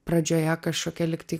pradžioje kažkokia lygtai